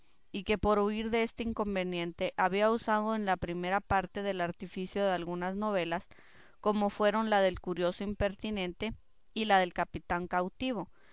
y que por huir deste inconveniente había usado en la primera parte del artificio de algunas novelas como fueron la del curioso impertinente y la del capitán cautivo